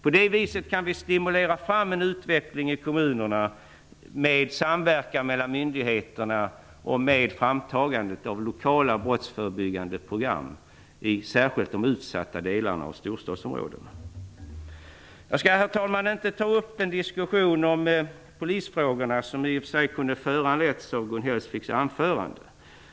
På det viset kan vi stimulera fram en utveckling i kommunerna med samverkan mellan myndigheterna och med framtagandet av lokala brottsförebyggande program vid särskilt de utsatta delarna av storstadsområdena. Herr talman! Jag skall inte ta upp den diskussion om polisfrågorna som i och för sig kunde föranletts av Gun Hellsviks framförande.